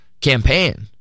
campaign